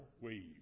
weave